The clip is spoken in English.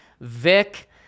Vic